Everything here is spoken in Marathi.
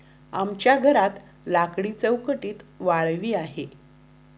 आमच्या घरात लाकडी चौकटीत वाळवी आहे